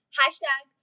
hashtag